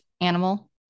animal